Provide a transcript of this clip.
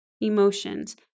emotions